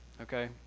okay